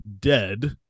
dead